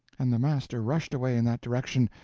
and the master rushed away in that direction,